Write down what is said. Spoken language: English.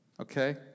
Okay